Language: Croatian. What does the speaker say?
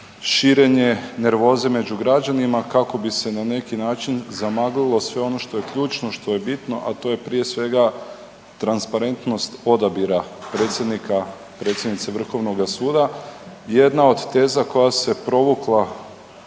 širenje nervoze među građanima kako bi se na neki način zamaglilo sve ono što je ključno i što je bitno, a to je prije svega transparentnost odabira predsjednika, predsjednice vrhovnoga suda. Jedna od teza koja se provukla